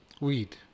weed